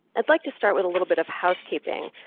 i'd like to start with a little bit of housekeeping.